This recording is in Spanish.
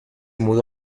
mudó